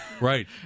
right